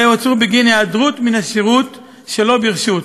הרי הוא עצור בגין היעדרות מן השירות שלא ברשות,